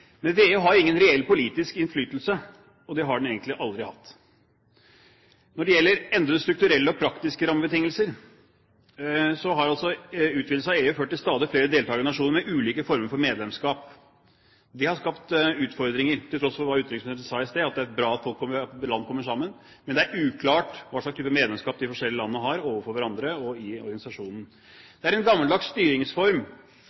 har ingen reell politisk innflytelse, og det har den egentlig aldri hatt. Når det gjelder endrede strukturelle og praktiske rammebetingelser, har utvidelse av EU ført til stadig flere deltagende nasjoner med ulike former for medlemskap. Det har skapt utfordringer, til tross for hva utenriksministeren sa i sted, at det er bra at land kommer sammen, men det er uklart hvilken type medlemskap de forskjellige landene har overfor hverandre og i